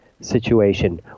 situation